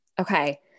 okay